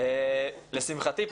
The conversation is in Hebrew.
לשמחתי,